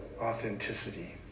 authenticity